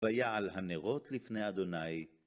ויעל הנרות לפני ה'.